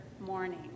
morning